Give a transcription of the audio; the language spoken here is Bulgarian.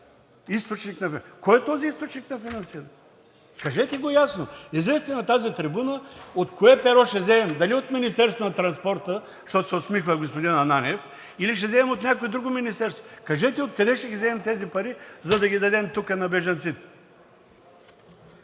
Кой е този източник на финансиране? Кажете го ясно. Излезте на тази трибуна – от кое перо ще вземем: дали от Министерството на транспорта, защото се усмихва господин Ананиев, или ще вземем от някое друго министерство? Кажете откъде ще ги вземем тези пари, за да ги дадем тук на бежанците?